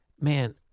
man